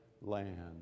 land